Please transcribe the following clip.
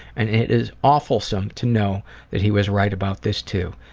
and it is awfulsome to know that he was right about this too.